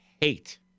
hate